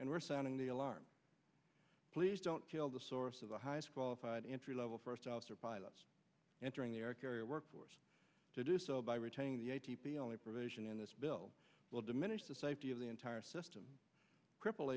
and we're sounding the alarm please don't kill the source of the highest qualified entry level first officer pilot entering the workforce to do so by retaining the a t p only provision in this bill will diminish the safety of the entire system cripple